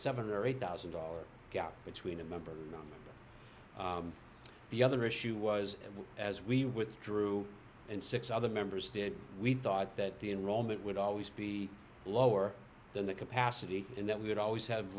seven or eight thousand dollars gap between a member of the other issue was and as we withdrew and six other members did we thought that the enrollment would always be lower than the capacity and that we would always have